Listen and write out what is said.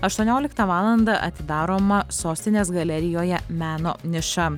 aštuonioliktą valandą atidaroma sostinės galerijoje meno niša